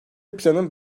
planın